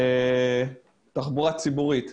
תחבורה ציבורית.